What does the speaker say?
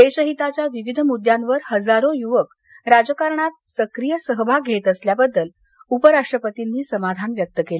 देशहिताच्या विविध मुद्द्यांवर हजारो युवक राजकारणात सक्रिय सहभाग घेत असल्याबद्दल उपराष्ट्रपतींनी समाधान व्यक्त केल